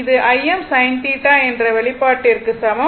இது Im sinθ என்ற வெளிப்பாட்டிற்கு சமம்